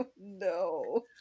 No